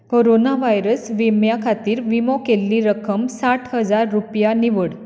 corona virus विम्या खातीर विमो केल्ली रक्कम साठ हजार रुपया निवड